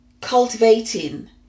cultivating